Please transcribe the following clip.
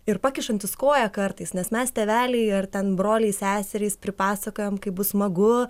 ir pakišantis koją kartais nes mes tėveliai ar ten broliai seserys pripasakojam kaip bus smagu